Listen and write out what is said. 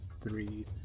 Three